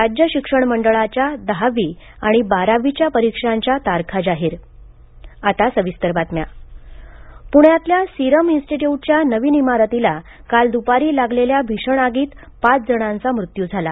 राज्य शिक्षण मंडळाच्या दहावी आणि बारावीच्या परीक्षांच्या तारखा जाहीर सिरम आग पुण्यातल्या सिरम इन्स्टिट्यूटच्या नवीन इमारतीला काल दुपारी लागलेल्या भीषण आगीत पाच जणांचा मृत्यू झाला